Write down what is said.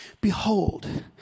Behold